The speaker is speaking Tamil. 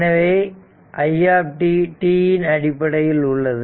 எனவே i t t இன் அடிப்படையில் உள்ளது